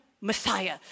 Messiah